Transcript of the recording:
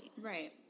Right